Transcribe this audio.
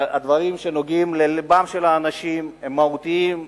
הדברים שנוגעים ללבם של האנשים הם מהותיים,